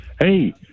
Hey